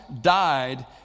died